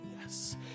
yes